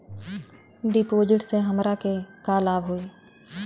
डिपाजिटसे हमरा के का लाभ होई?